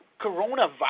coronavirus